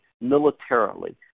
militarily